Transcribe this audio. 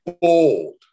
Bold